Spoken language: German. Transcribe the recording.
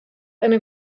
eine